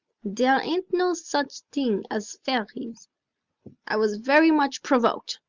dare ain't no such ting as fairies i was very much provoked.